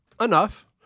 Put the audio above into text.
enough